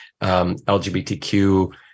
LGBTQ